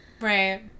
Right